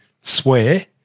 swear